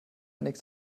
nix